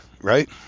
right